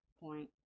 point